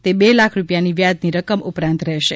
તે બે લાખ રૂપિયાની વ્યાજની રકમ ઉપરાંત રહેશે